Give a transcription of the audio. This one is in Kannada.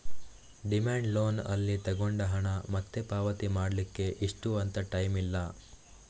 ಡಿಮ್ಯಾಂಡ್ ಲೋನ್ ಅಲ್ಲಿ ತಗೊಂಡ ಹಣ ಮತ್ತೆ ಪಾವತಿ ಮಾಡ್ಲಿಕ್ಕೆ ಇಷ್ಟು ಅಂತ ಟೈಮ್ ಇಲ್ಲ